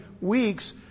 weeks